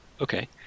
Okay